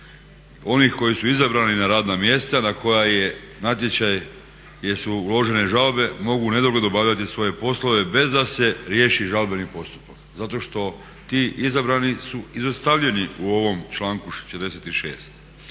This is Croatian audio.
onih koji su izabrani na radna mjesta na koja je natječaj jesu uložene žalbe mogu u nedogled obavljati svoje poslove bez da se riješi žalbeni postupak zato što ti izabrani su izostavljeni u ovom članku 46.